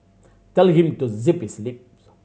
tell him to zip his lips